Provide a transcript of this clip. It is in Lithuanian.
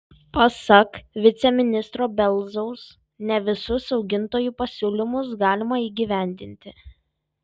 pasak viceministro belzaus ne visus augintojų pasiūlymus galima įgyvendinti